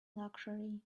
luxury